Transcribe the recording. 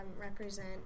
represent